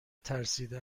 ترسیده